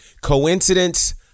Coincidence